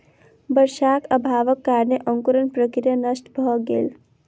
वर्षाक अभावक कारणेँ अंकुरण प्रक्रिया नष्ट भ गेल